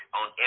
on